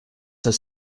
have